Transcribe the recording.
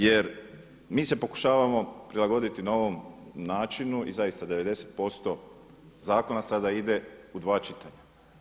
Jer mi se pokušavamo prilagoditi novom načinu i zaista 90% zakona sada ide u dva čitanja.